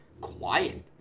quiet